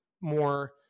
more